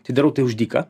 tai darau tai už dyką